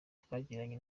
twagiranye